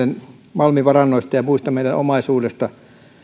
malmivarannoista ja muusta meidän omaisuudesta